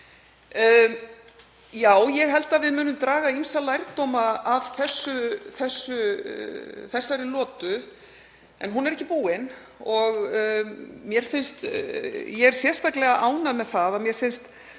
Já, ég held að við munum draga ýmsa lærdóma af þessari lotu en hún er ekki búin. Ég er sérstaklega ánægð með að mér finnst